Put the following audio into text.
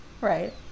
Right